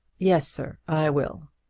yes, sir, i will.